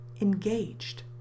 engaged